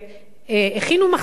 הכינו מחסן ספרים,